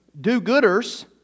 do-gooders